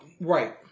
Right